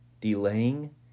Delaying